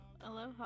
Aloha